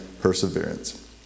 perseverance